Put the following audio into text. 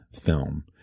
film